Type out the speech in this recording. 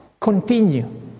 continue